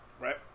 Right